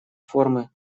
формы